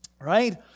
right